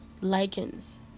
Lichens